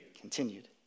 continued